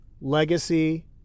legacy